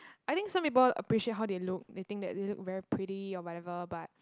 I think some people appreciate how they look they think that they look very pretty or whatever but